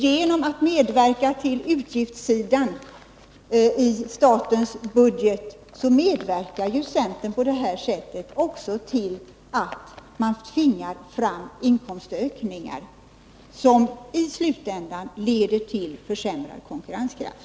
Genom att medverka till utgiftssidan i statens budget medverkar ju centern på det sättet också till att man tvingar fram inkomstökningar som i slutändan leder till försämrad konkurrenskraft.